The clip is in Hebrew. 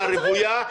לתכנון.